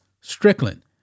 Strickland